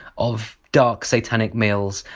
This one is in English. of dark satanic mills,